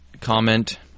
comment